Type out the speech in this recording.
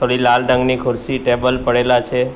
થોડી લાલ રંગની ખુરશી ટેબલ પડેલાં છે